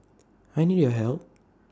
I need your help